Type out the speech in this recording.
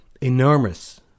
enormous